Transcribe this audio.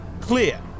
clear